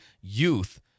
youth